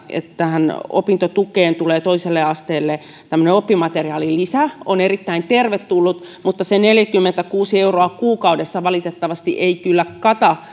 opintotukeen tulee toiselle asteelle tämmöinen oppimateriaalilisä on erittäin tervetullut mutta se neljäkymmentäkuusi euroa kuukaudessa valitettavasti ei kyllä kata